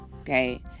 okay